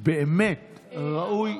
באמת, ראוי,